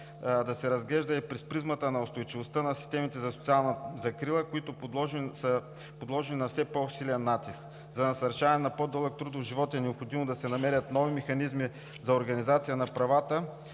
да се разглежда и през призмата на устойчивостта на системите за социална закрила, които са подложени на все по-силен натиск. За насърчаване на по-дълъг трудов живот е необходимо да се намерят нови механизми за организация на правата